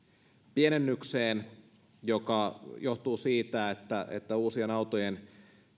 pienennykseen joka johtuu siitä että uusien autojen